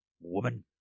woman